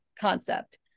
concept